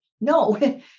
no